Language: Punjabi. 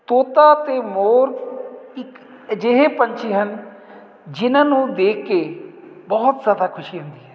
ਤੋਤਾ ਅਤੇ ਮੋਰ ਇੱਕ ਅਜਿਹੇ ਪੰਛੀ ਹਨ ਜਿਹਨਾਂ ਨੂੰ ਦੇਖ ਕੇ ਬਹੁਤ ਜ਼ਿਆਦਾ ਖੁਸ਼ੀ ਹੁੰਦੀ ਹੈ